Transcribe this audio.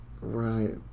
right